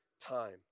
time